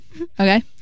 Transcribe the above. Okay